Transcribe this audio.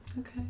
Okay